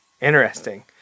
Interesting